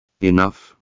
Enough